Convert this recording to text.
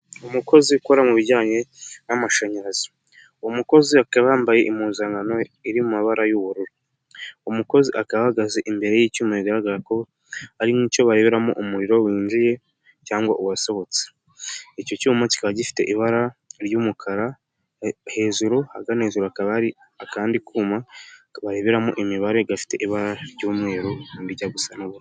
Umukozi ukora mu bijyanye n'amashanyarazi, umukozi akaba wambaye impuzankano iri mu mabara y'ubururu, umukozi ahagaze imbere y'icyuma bigaragara ko ari nk'icyo bareberamo umuriro winjiye cyangwa uwasohotse, icyo cyuma kiba gifite ibara ry'umukara hejuru ahagana hejuru hakaba hari akandi kuma bareberamo imibare gafite ibara ry'umweru n'irijya gusa n'ubururu.